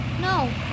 No